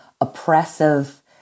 oppressive